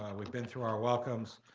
um we've been through our welcomes.